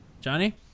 Johnny